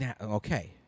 Okay